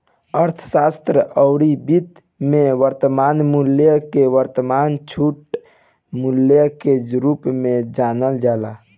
अर्थशास्त्र अउरी वित्त में वर्तमान मूल्य के वर्तमान छूट मूल्य के रूप में जानल जाला